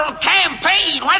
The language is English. campaign